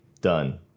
Done